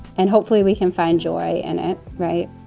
and hopefully we can find joy in it. right.